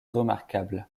remarquable